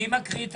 מי מקריא את